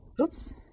oops